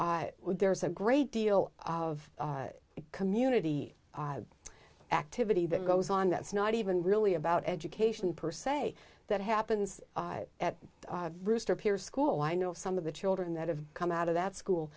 there's a great deal of community activity that goes on that's not even really about education per se that happens at rooster peer school i know some of the children that have come out of that school